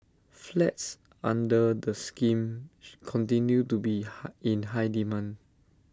flats under the scheme continue to be high in high demand